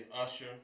Usher